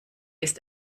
ist